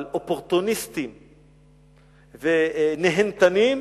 אבל אופורטוניסטים ונהנתנים,